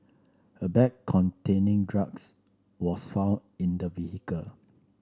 a bag containing drugs was found in the vehicle